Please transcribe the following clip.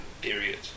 period